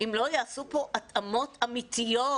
אם לא יעשו פה התאמות אמיתיות